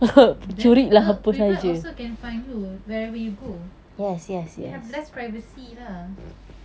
then people people also can find you wherever you go you have less privacy lah